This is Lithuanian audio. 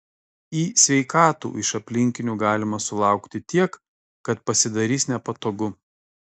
į sveikatų iš aplinkinių galima sulaukti tiek kad pasidarys nepatogu